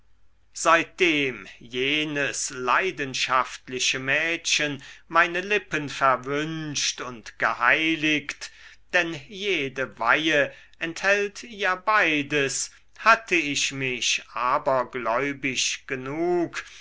seitdem jenes leidenschaftliche mädchen meine lippen verwünscht und geheiligt denn jede weihe enthält ja beides hatte ich mich abergläubisch genug